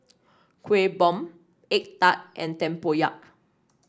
Kuih Bom egg tart and tempoyak